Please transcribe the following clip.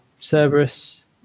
Cerberus